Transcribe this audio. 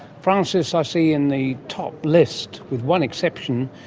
frances, i see in the top list, with one exception,